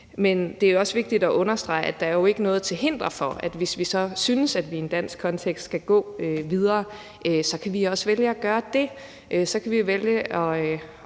Men det er også vigtigt at understrege, at der jo ikke er noget til hinder for, at vi, hvis vi synes, at vi i en dansk kontekst skal gå videre, så også kan vælge at gøre det.